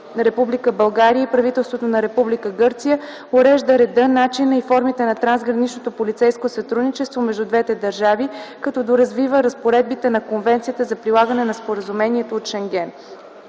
България и правителството на Република Гърция урежда реда, начина и формите на трансграничното полицейско сътрудничество между двете държави, като доразвива разпоредбите на Конвенцията за прилагане на Споразумението от Шенген.